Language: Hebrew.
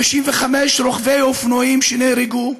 55 רוכבי אופנועים נהרגו,